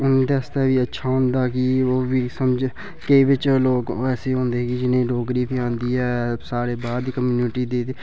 उं'दे आस्तै बी अच्छा होंदा कि ओह् बी समझ केईं बिच लोक ऐसे बी होंदे कि जिनें गी डोगरी बी औंदी ऐ साढ़े बाहर दी कम्युनिटी दे